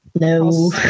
No